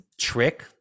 trick